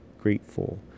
grateful